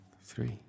three